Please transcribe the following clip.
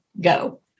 go